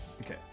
Okay